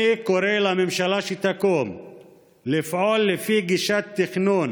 אני קורא לממשלה שתקום לפעול לפי גישת תכנון